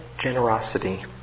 generosity